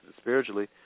spiritually